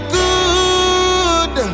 good